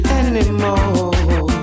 anymore